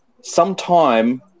Sometime